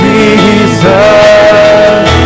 Jesus